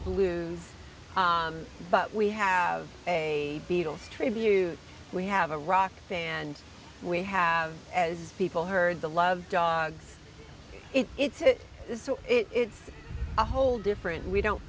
blue but we have a beatles tribute we have a rock band we have as people heard the love dogs it's so it's a whole different we don't